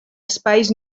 espais